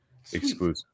exclusive